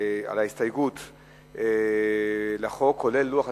על ההסתייגות לחוק, כולל לוח התיקונים.